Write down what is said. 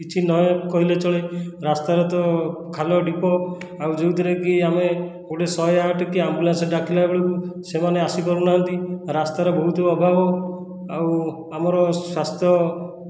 କିଛି ନକହିଲେ ଚଳେ ରାସ୍ତାରେ ତ ଖାଲ ଢିପ ଆଉ ଯେଉଁଥିରେ କି ଆମେ ଗୋଟିଏ ଶହେ ଆଠ କି ଆମ୍ବଲାନ୍ସ ଡାକିଲା ବେଳକୁ ସେମାନେ ଆସି ପାରୁନାହାନ୍ତି ରାସ୍ତାର ବହୁତ ଅଭାବ ଆଉ ଆମର ସ୍ଵାସ୍ଥ୍ୟ